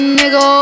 nigga